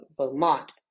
Vermont